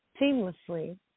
seamlessly